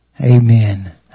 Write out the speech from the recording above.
Amen